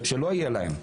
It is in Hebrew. שלא יהיה להם.